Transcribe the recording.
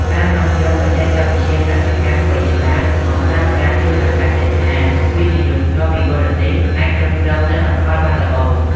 ការនាំយកបច្ចេកវិទ្យា "កសិកម្មវៃឆ្លាត" មកប្រើប្រាស់ ជួយឱ្យកសិដ្ឋាន វិនិយោគផ្ទាល់ពីបរទេស អាចគ្រប់គ្រងទិន្នផលបានល្អ។